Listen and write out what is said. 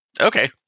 Okay